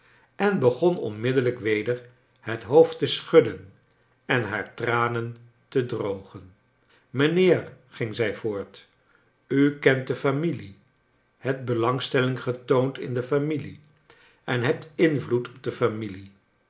en begon onmiddellij k weder het hoofd te schndden en haar tranen te drogen mijnheer ging zij voort u kenfc de familie hebt belangs telling getoond in de familie en hebt invloed op de familie